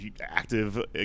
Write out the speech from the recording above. active